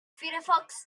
firefox